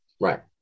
right